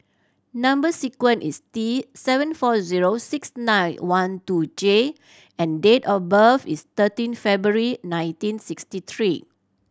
number sequence is T seven four zero six nine one two J and date of birth is thirteen February nineteen sixty three